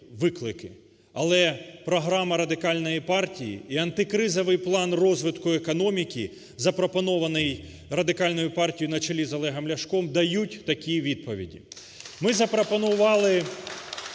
Але програма Радикальної партії і антикризовий план розвитку економіки, запропонований Радикальною партією на чолі з Олегом Ляшком, дають такі відповіді.